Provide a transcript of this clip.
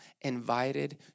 invited